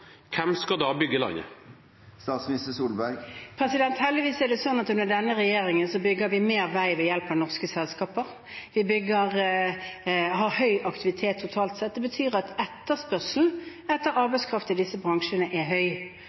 hvem skal da bygge landet? Heldigvis er det slik at under denne regjeringen bygger vi mer vei ved hjelp av norske selskaper, og vi har høy aktivitet totalt sett. Det betyr at etterspørselen etter arbeidskraft i disse bransjene er høy,